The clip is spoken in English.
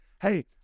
Hey